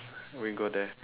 we go there